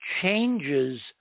changes